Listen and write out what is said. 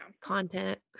content